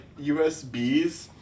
USBs